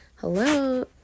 Hello